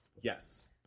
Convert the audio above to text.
Yes